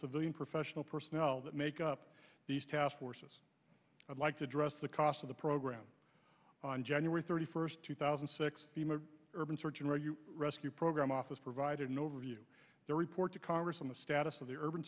civilian professional personnel that make up these task forces i'd like to address the cost of the program on january thirty first two thousand and six or even search and rescue rescue program office provided an overview their report to congress on the status of the urban